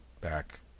back